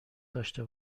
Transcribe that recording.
داشته